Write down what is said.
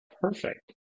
Perfect